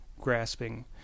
grasping